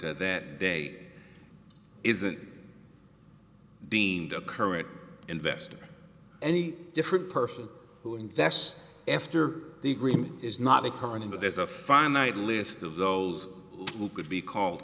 to that day isn't deemed a current investor any different person who invests after the agreement is not occurring but there's a finite list of those who could be called